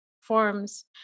forms